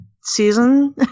season